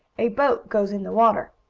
a boat goes in the water,